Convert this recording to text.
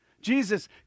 Jesus